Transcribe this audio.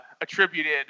attributed